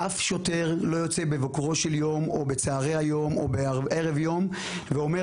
אף שוטר לא יוצא בבוקרו של יום או בצוהרי היום או בערב היום ואומר,